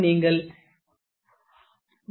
005 நீங்கள் 1